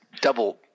double